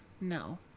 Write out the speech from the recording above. No